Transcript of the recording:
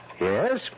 Yes